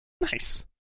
Nice